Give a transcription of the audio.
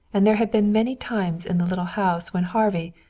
and there had been many times in the little house when harvey,